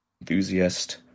enthusiast